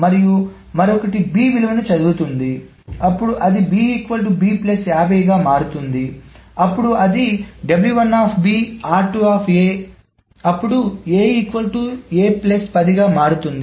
మరియు మరొకటి b విలువను చదువుతుంది అప్పుడు అది గా మారుతుంది అప్పుడు అది అప్పుడు గా మారుతుంది